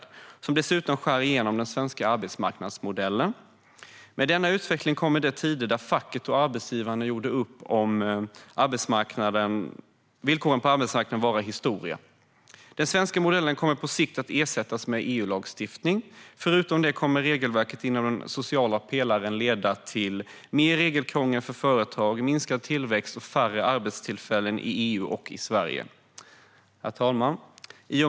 Den skär dessutom igenom den svenska arbetsmarknadsmodellen. Med denna utveckling kommer de tider då facket och arbetsgivaren gjorde upp om villkoren på arbetsmarknaden att bli historia. Den svenska modellen kommer på sikt att ersättas av EU-lagstiftning. Förutom det kommer regelverket inom den sociala pelaren att leda till mer regelkrångel för företag, minskad tillväxt och färre arbetstillfällen i EU och Sverige. Herr talman!